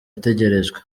ategerejwe